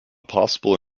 possible